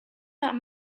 that